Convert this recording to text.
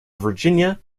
virginia